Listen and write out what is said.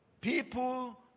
People